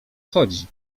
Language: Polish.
chodzi